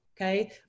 Okay